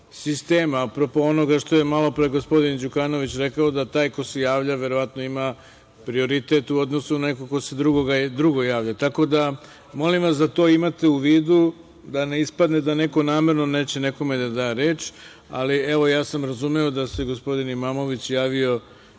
apropo onoga što je malopre gospodin Đukanović rekao, da taj ko se javlja verovatno ima prioritet u odnosu na nekog drugog ko se javio. Tako da, molim vas da to imate u vidu da ne ispadne da neko namerno neće nekome da da reč, ali evo ja sam razumeo da se gospodin Imamović javio